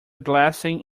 blessing